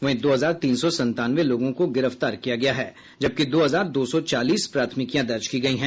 वहीं दो हजार तीन सौ संतानवें लोगों को गिरफ्तार किया गया है जबकि दो हजार दो सौ चालीस प्राथमिकियां दर्ज की गयी हैं